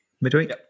Midweek